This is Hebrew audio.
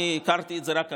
אני הכרתי את זה רק עכשיו,